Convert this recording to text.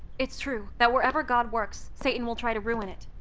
it's true that wherever god works, satan will try to ruin it.